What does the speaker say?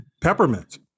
Peppermint